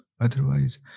Otherwise